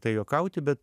tai juokauti bet